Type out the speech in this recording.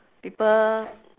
people